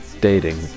dating